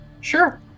Sure